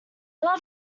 love